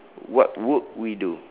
what would we do